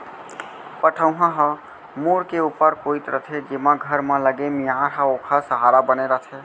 पटउहां ह मुंड़ के ऊपर कोइत रथे जेमा घर म लगे मियार ह ओखर सहारा बने रथे